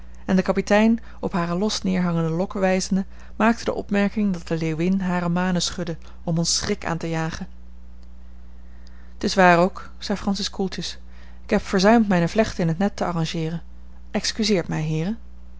en de kapitein op hare los neerhangende lokken wijzende maakte de opmerking dat de leeuwin hare manen schudde om ons schrik aan te jagen t is waar ook zei francis koeltjes ik heb verzuimd mijne vlechten in het net te arrangeeren excuseert mij heeren